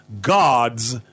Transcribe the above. God's